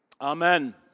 Amen